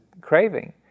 craving